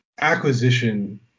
acquisition